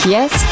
Yes